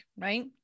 right